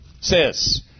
says